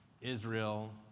Israel